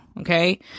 Okay